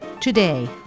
Today